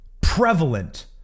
prevalent